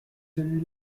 celui